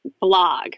blog